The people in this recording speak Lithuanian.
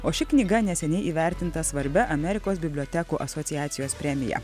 o ši knyga neseniai įvertinta svarbia amerikos bibliotekų asociacijos premija